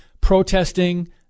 protesting